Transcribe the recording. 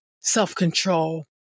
self-control